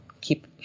keep